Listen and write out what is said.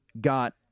got